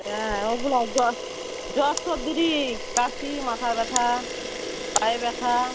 হ্যাঁ ওগুলোর জ্বর জ্বর সর্দি কাশি মাথা ব্যথা গায়ে ব্যথা